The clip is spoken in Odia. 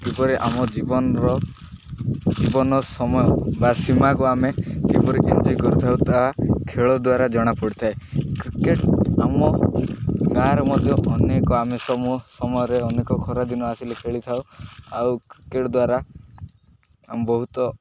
କିପରି ଆମ ଜୀବନର ଜୀବନ ସମୟ ବା ସୀମାକୁ ଆମେ କିପରି ଏନ୍ଜୟ କରିଥାଉ ତାହା ଖେଳ ଦ୍ୱାରା ଜଣାପଡ଼ିଥାଏ କ୍ରିକେଟ ଆମ ଗାଁରେ ମଧ୍ୟ ଅନେକ ଆମେ ସମୟରେ ଅନେକ ଖରାଦିନ ଆସିଲେ ଖେଳିଥାଉ ଆଉ କ୍ରିକେଟ ଦ୍ୱାରା ଆମ ବହୁତ